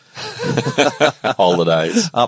Holidays